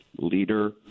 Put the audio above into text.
leader